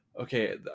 okay